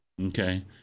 okay